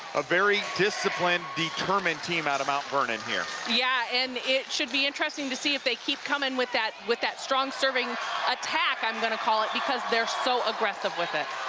a very disciplined determined team out of mount vernon here. yeah and it should be interesting to see if they keep coming with that with that strong serving attack i'm going to call it because they're so aggressive with it.